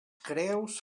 creus